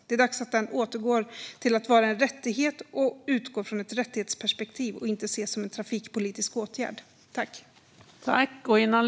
Det är dags att den återgår till att vara en rättighet och utgår från ett rättighetsperspektiv i stället för att ses som en trafikpolitisk åtgärd. Vänsterpartiet yrkar bifall till reservation 16.